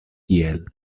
tiel